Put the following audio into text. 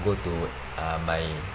go to uh my